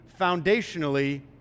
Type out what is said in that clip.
foundationally